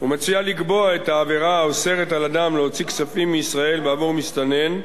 ומציעה לקבוע את העבירה האוסרת על אדם להוציא כספים מישראל בעבור מסתנן,